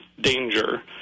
danger